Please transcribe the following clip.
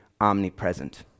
omnipresent